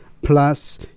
Plus